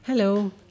Hello